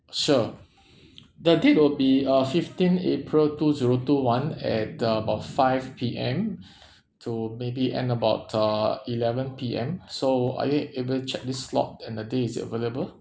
sure the date would be uh fifteen april two zero two one at about five P_M to maybe end about uh eleven P_M so are you able check this slot in the day is available